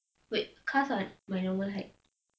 wait cars are my normal height